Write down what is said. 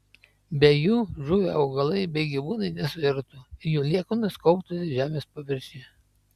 be jų žuvę augalai bei gyvūnai nesuirtų ir jų liekanos kauptųsi žemės paviršiuje